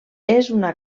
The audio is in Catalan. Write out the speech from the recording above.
una